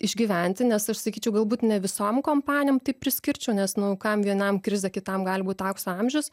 išgyventi nes aš sakyčiau galbūt ne visom kompanijom tai priskirčiau nes nu kam vienam krizė kitam gali būt aukso amžius